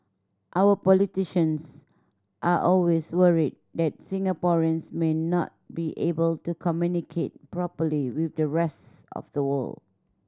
our politicians are always worried that Singaporeans may not be able to communicate properly with the rest of the world